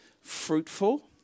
Fruitful